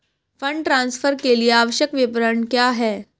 Fund transfer के लिए आवश्यक विवरण क्या हैं?